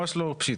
ממש לא פשיטא.